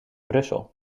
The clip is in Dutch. brussel